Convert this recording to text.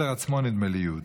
נדמה לי שמילר עצמו יהודי.